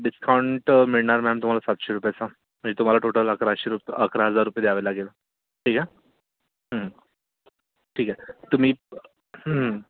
discount मिळणार ma'am तुम्हाला सातशे रुपयाचा म्हणजे तुम्हाला टोटल अकराशे रुप अकरा हजार रुपये द्यावे लागेल ठीक आहे ठीक आहे तुम्ही